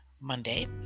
Monday